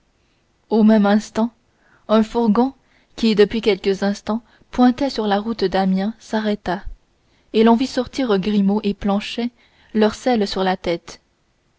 au même instant un fourgon qui depuis quelques instants pointait sur la route d'amiens s'arrêta et l'on vit sortir grimaud et planchet leurs selles sur la tête